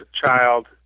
child